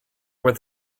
with